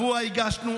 השבוע הגשנו,